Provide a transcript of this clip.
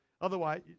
Otherwise